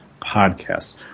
Podcast